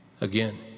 again